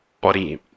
body